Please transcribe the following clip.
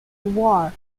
war